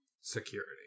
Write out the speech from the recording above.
security